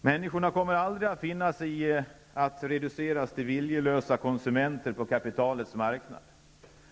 Människorna kommer aldrig att finna sig i att reduceras till viljelösa konsumenter på kapitalets marknad.